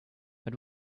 but